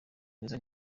mwiza